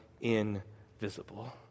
invisible